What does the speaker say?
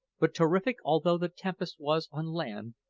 but terrific although the tempest was on land,